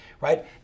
right